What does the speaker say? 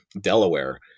Delaware